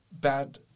bad